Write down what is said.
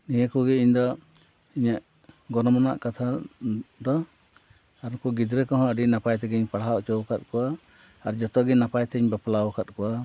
ᱱᱤᱭᱟᱹ ᱠᱚᱜᱮ ᱤᱧ ᱫᱚ ᱤᱧᱟᱹᱜ ᱜᱚᱱᱚᱝ ᱟᱱᱟᱜ ᱠᱟᱛᱷᱟ ᱫᱚ ᱟᱨ ᱱᱩᱠᱩ ᱜᱤᱫᱽᱨᱟᱹ ᱠᱚᱦᱚᱸ ᱟ ᱰᱤ ᱱᱟᱯᱟᱭ ᱛᱮᱜᱮᱧ ᱯᱟᱲᱦᱟᱣ ᱚᱪᱚ ᱟᱠᱟᱫ ᱠᱚᱣᱟ ᱟᱨ ᱡᱚᱛᱚ ᱜᱮ ᱱᱟᱯᱟᱭ ᱛᱮᱧ ᱵᱟᱯᱞᱟ ᱟᱠᱟᱫ ᱠᱚᱣᱟ